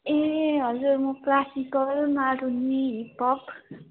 ए हजुर म classical Maruni hip hop